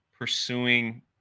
pursuing